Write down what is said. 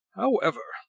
however,